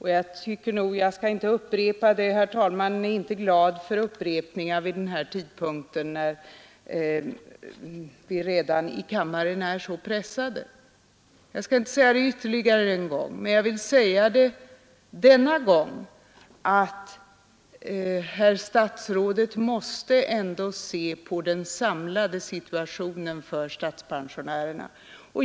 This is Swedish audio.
Herr talmannen är inte glad åt upprepningar vid den här tidpunkten, när vi redan i kammaren är så pressade, men jag vill än en gång säga att herr statsrådet ändå måste se på den samlade situationen för statspensionärerna.